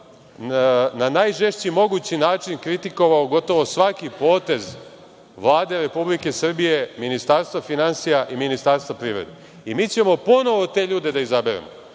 na najžešći mogući način kritikovao gotovo svaki potez Vlade Republike Srbije, Ministarstva finansija i Ministarstva privrede. Mi ćemo ponovo te ljude da izaberemo,